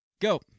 Go